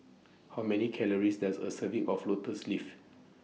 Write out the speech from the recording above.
How Many Calories Does A Serving of Lotus Leaf